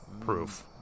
proof